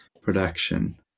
production